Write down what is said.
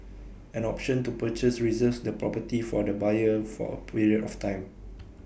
an option to purchase reserves the property for the buyer for A period of time